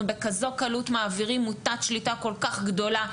בכזו קלות מעבירים מוטת שליטה כל כך גדולה,